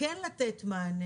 כן רוצים לתת מענה.